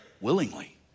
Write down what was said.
willingly